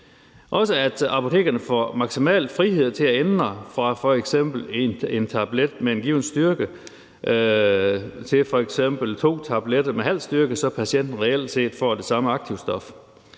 også, at apotekerne får maksimal frihed til at ændre fra f.eks. en tablet med en given styrke til f.eks. to tabletter med halv styrke, så patienten reelt set får det samme aktivsto,